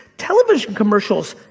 television commercials,